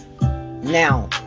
now